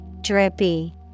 Drippy